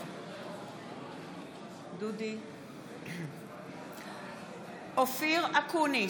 דוד ביטן, אינו נוכח רם